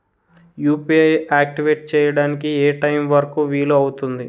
UPI activate చెయ్యడానికి ఏ time వరుకు వీలు అవుతుంది?